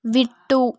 விட்டு